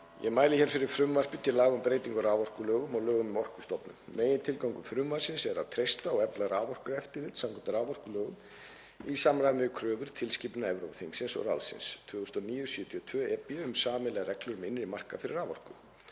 Ég mæli hér fyrir frumvarpi til laga um breytingu á raforkulögum og lögum um Orkustofnun. Megintilgangur frumvarpsins er að treysta og efla raforkueftirlit samkvæmt raforkulögum í samræmi við kröfur tilskipunar Evrópuþingsins og ráðsins 2009/72/EB um sameiginlegar reglur um innri markaðinn fyrir raforku.